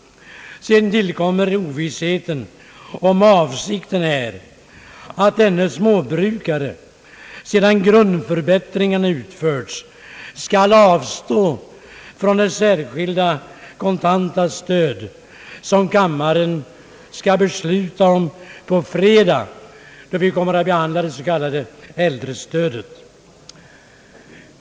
Härtill kommer ovissheten om avsikten är att denne småbrukare, sedan grundförbättringen utförts, skall avstå från det särskilda kontanta stöd som kammaren skall besluta om på fredag, då vi kommer att behandla det s.k. äldrestödet.